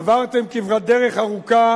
עברתם כברת דרך ארוכה